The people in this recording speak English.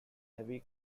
heavy